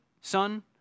Son